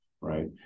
right